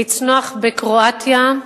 לצנוח בקרואטיה,